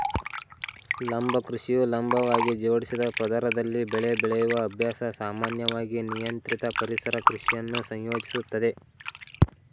ಲಂಬ ಕೃಷಿಯು ಲಂಬವಾಗಿ ಜೋಡಿಸಿದ ಪದರದಲ್ಲಿ ಬೆಳೆ ಬೆಳೆಯುವ ಅಭ್ಯಾಸ ಸಾಮಾನ್ಯವಾಗಿ ನಿಯಂತ್ರಿತ ಪರಿಸರ ಕೃಷಿಯನ್ನು ಸಂಯೋಜಿಸುತ್ತದೆ